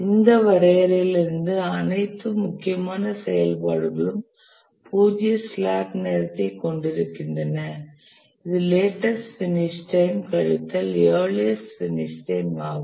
இந்த வரையறையிலிருந்து அனைத்து முக்கியமான செயல்பாடுகளும் பூஜ்ஜிய ஸ்லாக் நேரத்தைக் கொண்டிருக்கின்றன இது லேட்டஸ்ட் பினிஷ் டைம் கழித்தல் இயர்லியஸ்ட் பினிஷ் டைம் ஆகும்